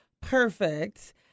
perfect